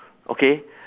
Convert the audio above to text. okay